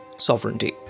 Sovereignty